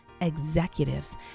executives